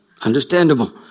Understandable